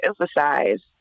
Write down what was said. emphasize